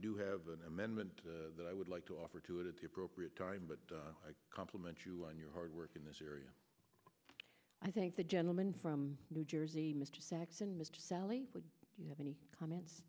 do have an amendment that i would like to offer to it at the appropriate time but i compliment you on your hard work in this area i thank the gentleman from new jersey mr saxon mr salley would you have any comments